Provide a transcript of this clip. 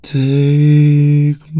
take